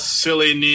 silly